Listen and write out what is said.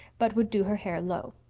but would do her hair low.